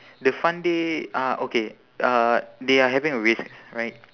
the fun day uh okay uh they are having a race right